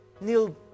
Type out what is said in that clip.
Neil